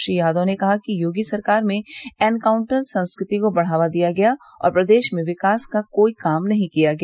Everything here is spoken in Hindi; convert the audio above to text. श्री यादव ने कहा कि योगी सरकार में एनकाउंटर संस्कृति को बढ़ावा दिया गया और प्रदेश में विकास का कोई काम नहीं किया गया